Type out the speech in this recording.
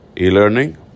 E-learning